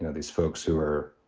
and these folks who are.